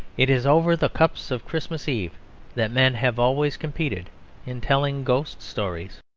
it is over the cups of christmas eve that men have always competed in telling ghost stories.